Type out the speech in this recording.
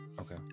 okay